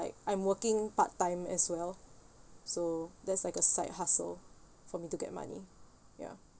I'm working part time as well so that's like a side hustle for me to get money ya